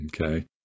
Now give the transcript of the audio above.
Okay